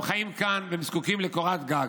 הם חיים כאן והם זקוקים לקורת גג,